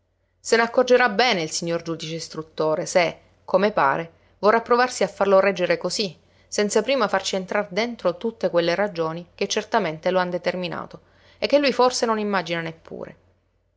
regge se n'accorgerà bene il signor giudice istruttore se come pare vorrà provarsi a farlo reggere cosí senza prima farci entrar dentro tutte quelle ragioni che certamente lo han determinato e che lui forse non immagina neppure